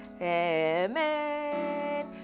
Amen